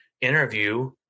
interview